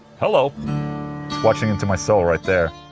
hello watching into my soul right there